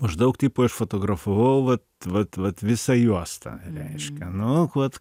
maždaug tipo išfotografavau vat vat vat visą juostą reiškia nu vat